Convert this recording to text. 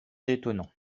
d’étonnant